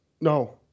No